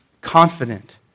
confident